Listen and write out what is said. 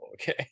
okay